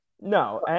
No